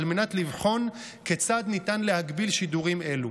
מנת לבחון כיצד ניתן להגביל שידורים אלו.